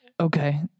Okay